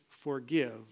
forgive